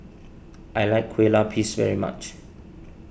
I like Kue Lupis very much